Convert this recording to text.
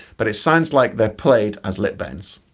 but it sounds like they're played as lip bends.